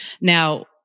Now